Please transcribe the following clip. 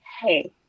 Hey